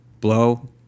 blow